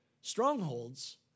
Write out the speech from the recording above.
Strongholds